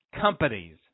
companies